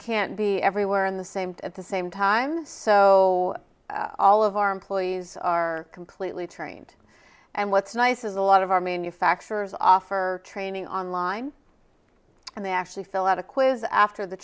can't be everywhere in the same at the same time so all of our employees are completely trained and what's nice is a lot of our manufacturers offer training online and they actually fill out a quiz after the